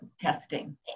testing